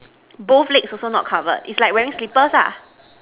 both legs also not covered is like wearing slippers ah